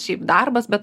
šiaip darbas bet